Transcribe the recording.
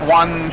one